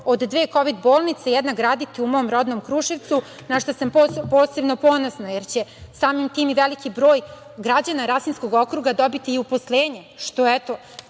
od dve kovid bolnice jedna graditi u mom rodnom Kruševcu, na šta sam posebno ponosna, jer će samim tim i veliki broj građana Rasinskog okruga dobiti i uposlenje,